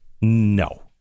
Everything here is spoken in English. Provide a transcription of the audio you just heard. no